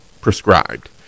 prescribed